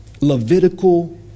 Levitical